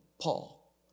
Paul